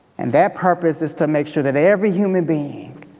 and that purpose is to make sure that every human being,